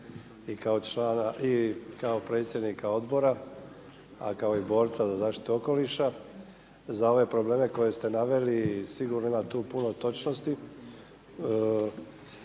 i kao predsjednika Odbora a kao i borca za zaštitu okoliša za ove probleme koje ste naveli i sigurno ima tu puno točnosti.